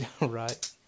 Right